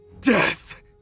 death